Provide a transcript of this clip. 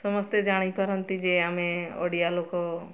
ସମସ୍ତେ ଜାଣିପାରନ୍ତି ଯେ ଆମେ ଓଡ଼ିଆ ଲୋକ